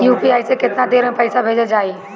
UPI से केतना देर मे पईसा भेजा जाई?